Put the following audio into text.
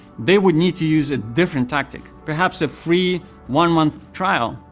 they would need to use a different tactic, perhaps a free one-month trial.